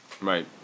right